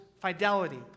fidelity